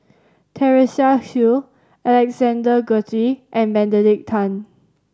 Teresa Hsu Alexander Guthrie and Benedict Tan